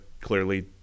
clearly